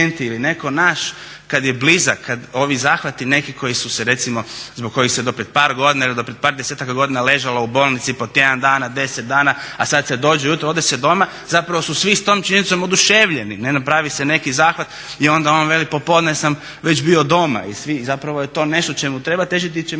netko naš kad je blizak, kad ovi zahvati neki zbog kojih se do prije par godina ili do prije par desetaka godina ležalo u bolnici po tjedan dana, deset dana, a sad se dođe ujutro i ode se doma, zapravo su svi s tom činjenicom oduševljeni ne'. Napravi se neki zahvat i onda on veli popodne sam već bio doma. I zapravo je to nešto čemu treba težiti i